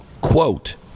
quote